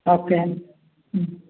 okay മ്മ്